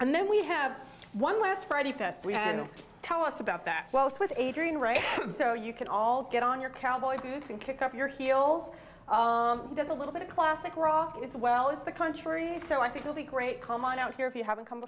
and then we have one last friday fest and tell us about that while it's with adrian right so you can all get on your cowboy boots and kick up your heels does a little bit of classic rock as well as the country so i think really great come on out here if you haven't come